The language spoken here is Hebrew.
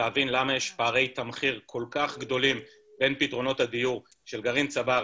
להבין למה יש פערי תמחיר כל כך גדולים בין פתרונות הדיור של גרעין צבר,